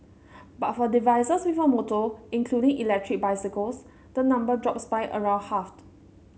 but for devices with a motor including electric bicycles the number drops by around half